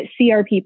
CRP